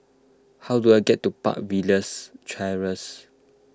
how do I get to Park Villas Terrace